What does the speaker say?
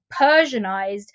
Persianized